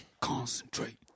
Concentrate